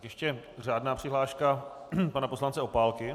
Ještě řádná přihláška pana poslance Opálky.